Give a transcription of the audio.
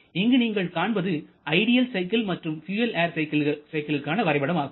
இங்கு நீங்கள் காண்பது ஐடியல் சைக்கிள் மற்றும் பியூயல் ஏர் சைக்கிள்களுக்கான வரைபடம் ஆகும்